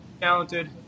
talented